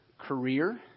Career